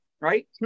right